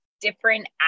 different